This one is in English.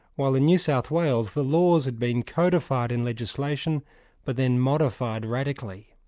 while in new south wales the laws had been codified in legislation but then modified radically.